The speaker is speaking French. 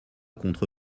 contre